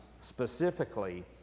specifically